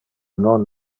non